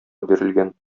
бирелгән